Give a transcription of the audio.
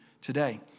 today